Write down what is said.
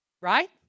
Right